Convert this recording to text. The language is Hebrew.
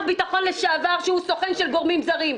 ביטחון לשעבר שהוא סוכן של גורמים זרים.